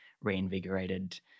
reinvigorated